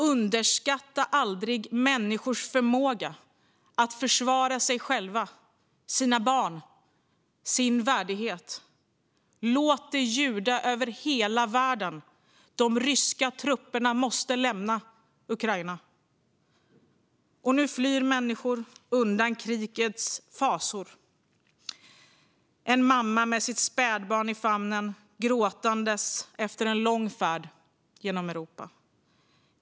Underskatta aldrig människors förmåga att försvara sig själva, sina barn och sin värdighet! Låt det ljuda över hela världen: De ryska trupperna måste lämna Ukraina. Nu flyr människor undan krigets fasor. En mamma med sitt spädbarn i famnen gråter efter en lång färd genom Europa.